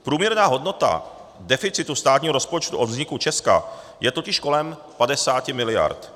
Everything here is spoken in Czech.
Průměrná hodnota deficitu státního rozpočtu od vzniku Česka je totiž kolem 50 mld.